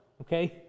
Okay